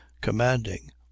commanding